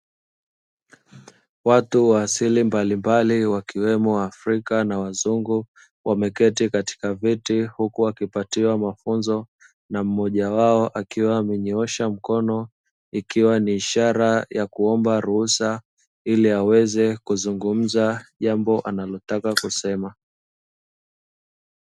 Watu wa asili mbalimbali wakiwemo wa afrika na wazungu wameketi katika viti huku wakipatiwa mafunzo na mmoja wao akiwa amenyoosha mkono ikiwa ni ishara ya kuomba ruhusa ili aweze kuzungumza jambo analotaka kusema.